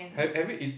have have you eat